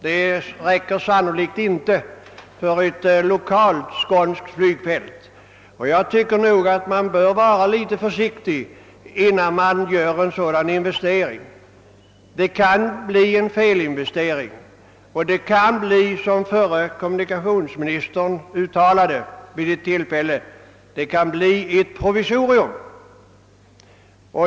Det beloppet räcker sannolikt inte för ett lokalt skånskt flygfält, och jag tycker att man bör vara litet försiktig när man gör en sådan investering. Det kan bli en felinvestering och det kan bli, som förre kommunikationsministern vid ett tillfälle sade, ett provisorium.